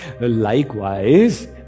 Likewise